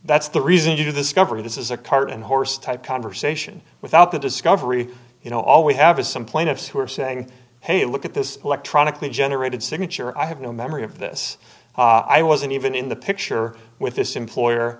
that's the reason to do this cover this is a cart and horse type conversation without the discovery you know all we have is some plaintiffs who are saying hey look at this electronically generated signature i have no memory of this i wasn't even in the picture with this employer